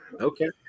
Okay